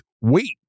wait